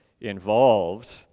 involved